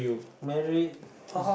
married is